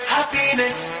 Happiness